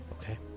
Okay